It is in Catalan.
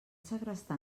segrestar